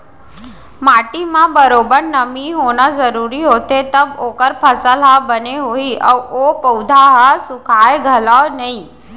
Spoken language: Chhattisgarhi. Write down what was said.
माटी म बरोबर नमी होना जरूरी होथे तव ओकर फसल ह बने होही अउ ओ पउधा ह सुखाय घलौ नई